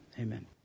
amen